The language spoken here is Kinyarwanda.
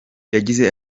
yagize